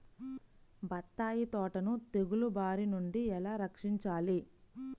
బత్తాయి తోటను తెగులు బారి నుండి ఎలా రక్షించాలి?